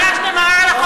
למה הגשתם ערר?